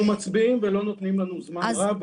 אנחנו מצביעים ולא נותנים לנו זמן רב.